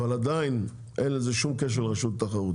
אבל עדיין אין לזה שום קשר לרשות התחרות,